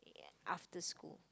ya after school